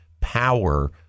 power